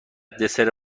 دسر